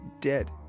dead